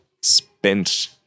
spent